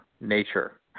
Nature